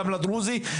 גם לדרוזי,